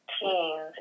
teens